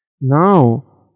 Now